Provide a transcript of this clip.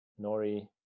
Nori